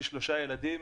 יש לי שלושה ילדים,